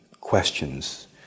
questions